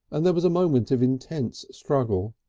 and there was a moment of intense struggle.